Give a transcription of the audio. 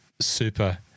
super